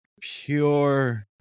pure